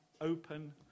open